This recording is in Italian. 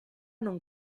non